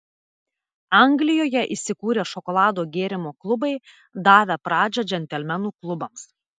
anglijoje įsikūrė šokolado gėrimo klubai davę pradžią džentelmenų klubams